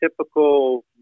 typical